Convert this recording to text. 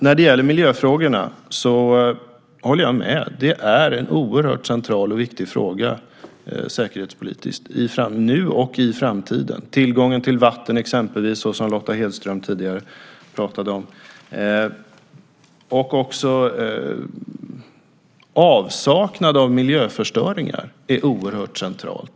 När det gäller miljöfrågan håller jag med om att det är en säkerhetspolitiskt oerhört central och viktig fråga nu och i framtiden. Tillgången till vatten exempelvis, som Lotta Hedström tidigare pratade om, och också avsaknad av miljöförstöringar är oerhört centralt.